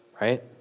Right